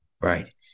Right